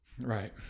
right